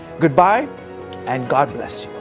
good-bye and god bless